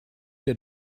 der